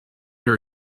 her